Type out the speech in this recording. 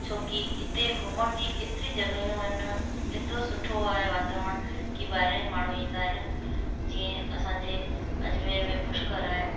छोकी हिते घुमण जी एतिरी जॻहियूं आहिनि एतिरो सुठो आहे वातावरण की ॿाहिरां बि माण्हू ईंदा आहिनि जीअं असांजे अजमेर में पुष्कर आहे